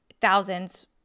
thousands